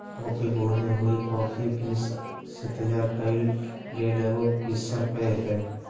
coffee भुनी हुई coffee beans से तैयार कइल गेल एगो पीसल पेय हइ